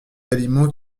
aliments